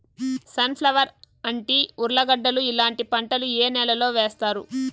Sun flower, అంటి, ఉర్లగడ్డలు ఇలాంటి పంటలు ఏ నెలలో వేస్తారు?